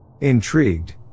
Intrigued